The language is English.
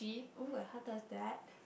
oo and how does that